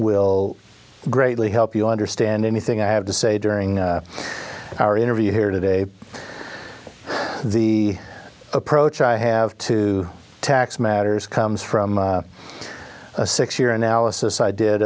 will greatly help you understand anything i have to say during our interview here today the approach i have to tax matters comes from a six year analysis i did